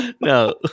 No